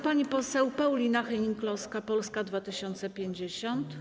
Pani poseł Paulina Hennig-Kloska, Polska 2050.